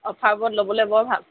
অফাৰবোৰত ল'বলৈ বৰ ভাল